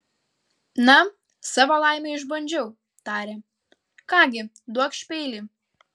na savo laimę išbandžiau tarė ką gi duokš peilį